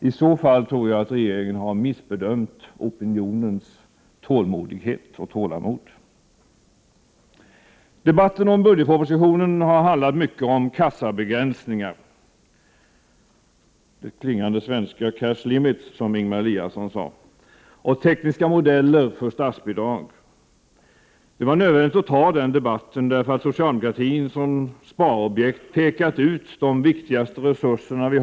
I så fall tror jag att regeringen har missbedömt opinionens tålmodighet och tålamod. Debatten om budgetpropositionen har handlat mycket om kassabegränsningar, det klingande svenska ”cash limit”, som Ingemar Eliasson sade, och tekniska modeller för statsbidrag. Det var nödvändigt att ta den debatten, därför att socialdemokratin som sparobjekt pekat ut de viktigaste resurserna Prot.